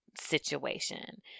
situation